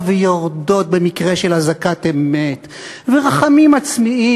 ויורדות במקרה של אזעקת אמת ורחמים עצמיים?